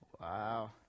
Wow